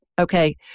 okay